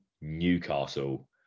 Newcastle